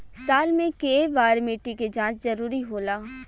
साल में केय बार मिट्टी के जाँच जरूरी होला?